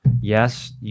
yes